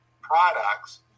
products